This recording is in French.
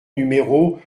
numéro